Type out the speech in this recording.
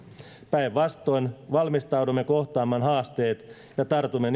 päinvastoin valmistaudumme kohtaamaan haasteet ja tartumme niihin rohkeasti ja määrätietoisesti